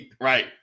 right